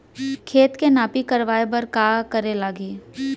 खेत के नापी करवाये बर का करे लागही?